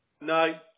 no